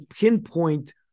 pinpoint